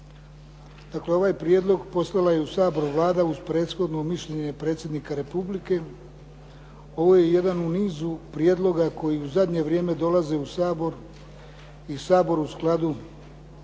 Dakle ovaj prijedlog poslala je u Sabor Vlada uz prethodno mišljenje predsjednika Republike. Ovo je jedan u nizu prijedloga koji u zadnje vrijeme dolaze u Sabor i Sabor u skladu